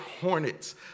hornets